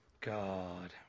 God